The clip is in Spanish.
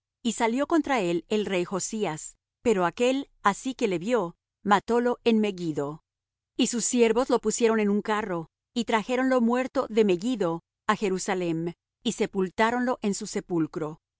y salió contra él el rey josías pero aquél así que le vió matólo en megiddo y sus siervos lo pusieron en un carro y trajéronlo muerto de megiddo á jerusalem y sepultáronlo en su sepulcro